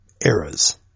eras